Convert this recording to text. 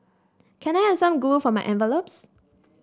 can I have some glue for my envelopes